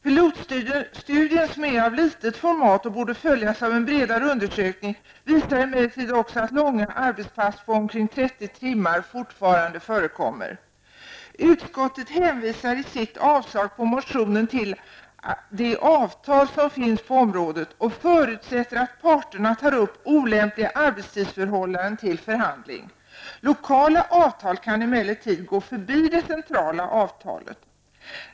Pilotstudien, som är av litet format och borde följas av en bredare undersökning, visar emellertid också att långa arbetspass på omkring 30 timmar fortfarande förekommer. Utskottet hänvisar i sitt yrkande om avslag på motionen till de avtal som finns på området och förutsätter att parterna tar upp olämpliga arbetstidsförhållanden till förhandling. Lokala avtal kan emellertid gå förbi det centrala avtalet.